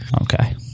Okay